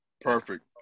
Perfect